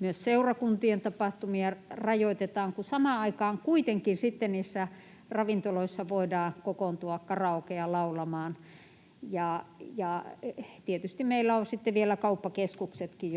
myös seurakuntien tapahtumia, rajoitetaan, kun samaan aikaan kuitenkin sitten niissä ravintoloissa voidaan kokoontua karaokea laulamaan, ja tietysti meillä on sitten vielä kauppakeskuksetkin,